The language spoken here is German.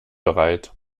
bereit